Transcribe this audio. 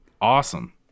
awesome